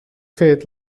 fet